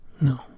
no